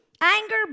anger